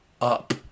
up